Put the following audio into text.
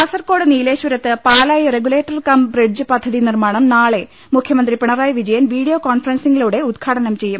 കാസർകോട് നീലേശ്വരത്ത് Palayi regulator cum bridge പദ്ധതി നിർമ്മാണം നാളെ മുഖ്യമന്ത്രി പിണറായി വിജയൻ വീഡിയോ കോൺഫറൻസിംഗി ലൂടെ ഉദ്ഘാടനം ചെയ്യും